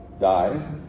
die